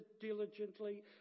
diligently